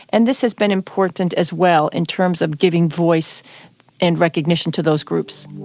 and this has been important as well in terms of giving voice and recognition to those groups.